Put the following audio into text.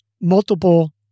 multiple